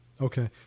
Okay